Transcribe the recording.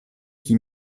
qui